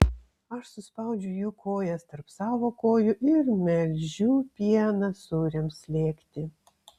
aš suspaudžiu jų kojas tarp savo kojų ir melžiu pieną sūriams slėgti